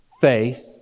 faith